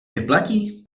vyplatí